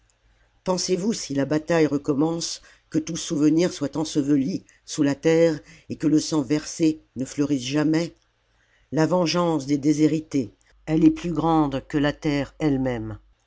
pensez-vous si la bataille recommence que tout souvenir soit enseveli sous la terre et que le sang versé ne fleurisse jamais la commune la vengeance des déshérités elle est plus grande que la terre elle-même